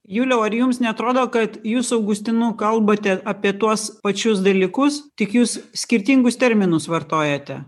juliau ar jums neatrodo kad jūs su augustinu kalbate apie tuos pačius dalykus tik jūs skirtingus terminus vartojate